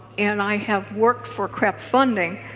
and i have worked for crep funding